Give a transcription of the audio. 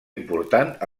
important